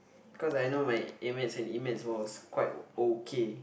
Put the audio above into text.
because I know my a-maths and e-maths was quite okay